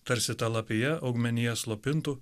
tarsi ta lapija augmenija slopintų